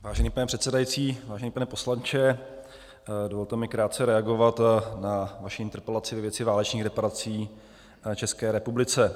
Vážený pane předsedající, vážený pane poslanče, dovolte mi krátce reagovat na vaši interpelaci ve věci válečných reparací České republice.